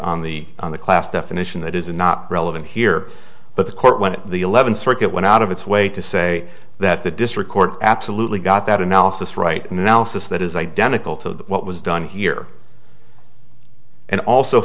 on the on the class definition that is not relevant here but the court when the eleventh circuit went out of its way to say that the district court absolutely got that analysis right now says that is identical to what was done here and also